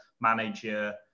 manager